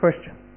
Question